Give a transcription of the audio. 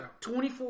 24